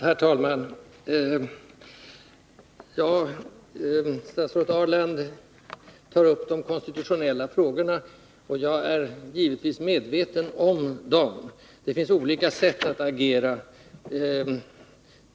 Herr talman! Statsrådet Ahrland tar upp de konstitutionella frågorna, och jag är givetvis medveten om dem. Det finns olika sätt att agera.